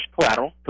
collateral